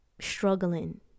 Struggling